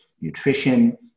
nutrition